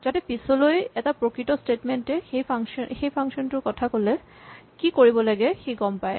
যাতে পিছলৈ এটা প্ৰকৃত স্টেটমেন্ট এ সেই ফাংচন কথা ক'লে কি কৰিব লাগে সি গম পায়